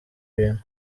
bintu